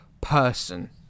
person